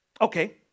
Okay